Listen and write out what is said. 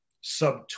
sub